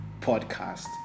podcast